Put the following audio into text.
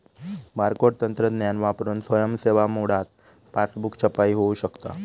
barcode तंत्रज्ञान वापरून स्वयं सेवा मोडात पासबुक छपाई होऊ शकता